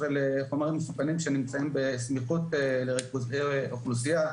חומרים מסוכנים שנמצאים בסמיכות לריכוזי אוכלוסייה.